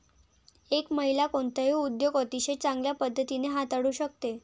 एक महिला कोणताही उद्योग अतिशय चांगल्या पद्धतीने हाताळू शकते